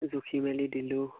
জুখি মেলি দিলোঁ